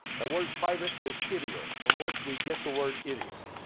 that word private is idios, from which we get the word idiot.